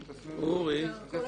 אנחנו בעד.